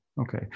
okay